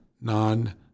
non